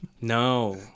No